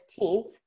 15th